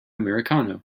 americano